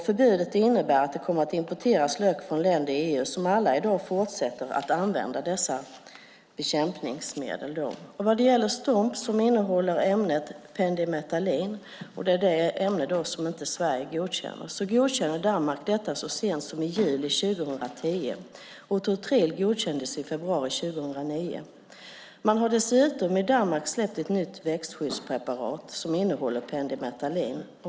Förbudet innebär att det kommer att importeras lök från länder i EU som alla i dag fortsätter att använda dessa bekämpningsmedel. Vad gäller Stomp, som innehåller ämnet pendimetalin - det är detta ämne som Sverige inte godkänner - godkände Danmark detta så sent som i juli 2010, och Totril godkändes i februari 2009. Man har dessutom i Danmark släppt ett nytt växtskyddspreparat som innehåller pendimetalin.